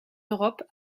europe